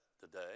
today